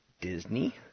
Disney